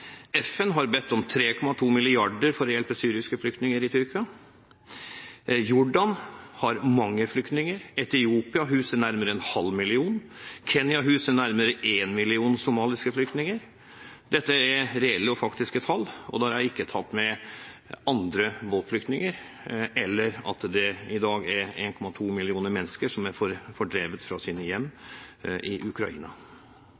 FN har bedt om 3,2 mrd. kr for å hjelpe syriske flyktninger i Tyrkia. Jordan har mange flyktninger, Etiopia huser nærmere en halv million, Kenya huser nærmere 1 million somaliske flyktninger. Dette er reelle og faktiske tall, og da har jeg ikke tatt med andre, som båtflyktninger eller at det i dag er 1,2 millioner mennesker som er fordrevet fra sine hjem i Ukraina.